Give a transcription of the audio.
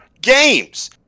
games